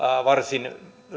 varsin